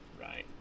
Right